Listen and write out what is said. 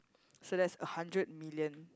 so that's a hundred million